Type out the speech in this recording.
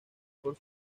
por